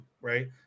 right